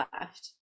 left